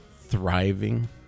thriving